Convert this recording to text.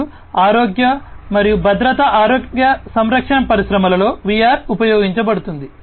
మరియు ఆరోగ్య మరియు భద్రత ఆరోగ్య సంరక్షణ పరిశ్రమలలో VR ఉపయోగించబడుతుంది